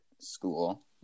school